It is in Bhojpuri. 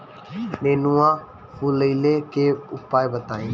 नेनुआ फुलईले के उपाय बताईं?